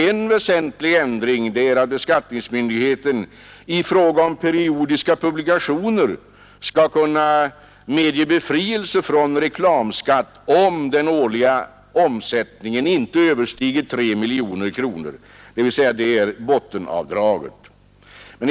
En väsentlig ändring är att beskattningsmyndigheten i fråga om periodiska publikationer skall kunna medge befrielse från reklamskatt om den årliga annonsomsättningen inte överstiger 3 miljoner kronor, dvs. det s.k. bottenavdraget.